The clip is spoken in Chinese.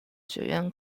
学院